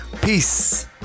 Peace